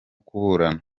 kuburana